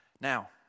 Now